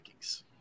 rankings